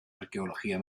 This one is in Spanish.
arqueología